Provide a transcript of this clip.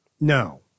No